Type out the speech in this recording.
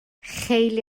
خیلی